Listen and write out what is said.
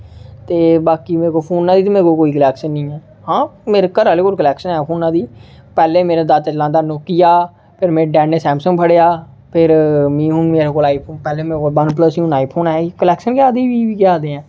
ते बाकी मेरे कोल फोनै दी ते मेरे कोल कोई कलेक्शन नेईं ऐ आं मेरे घरे आह्ले कोल कलेक्शन ऐ फोनै दी पैह्लें मेरा चाचा चलांदा हा नोकिया फिर मेरे डैडी ने सैमंसग फड़ेआ फिर मी हून मेरे कोल आई फोन पैह्लें मेरे कोल वन प्लस ही हून आई फोन ऐ कलेक्शन ऐ एह् बी